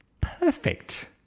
perfect